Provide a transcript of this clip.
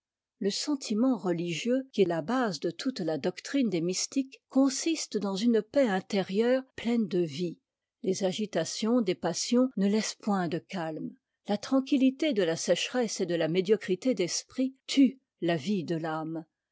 le sentiment religieux qui est la base de toute la doctrine des mystiques consiste dans une paix intérieure pleine de vie les agitations des passions ne laissent point de calme la tranquillité de la sécheresse et de la médiocrité d'esprit tue la vie de âme